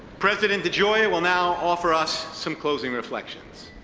president degioia will now offer us some closing reflections.